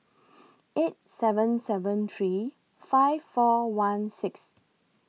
eight seven seven three five four one six